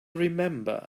remember